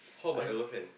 how about your girlfriend